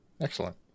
Excellent